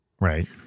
right